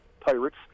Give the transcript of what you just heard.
pirates